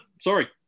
Sorry